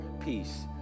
peace